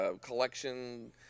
collection